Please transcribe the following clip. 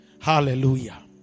Hallelujah